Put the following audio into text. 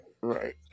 right